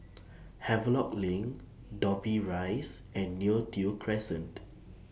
Havelock LINK Dobbie Rise and Neo Tiew Crescent